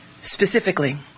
Specifically